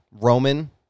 Roman